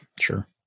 sure